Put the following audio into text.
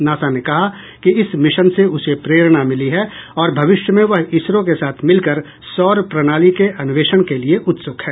NASA ने कहा कि इस मिशन से उसे प्रेरणा मिली है और भविष्य में वह इसरो के साथ मिलकर सौर प्रणाली के अन्वेषण के लिए उत्सुक है